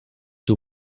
two